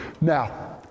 Now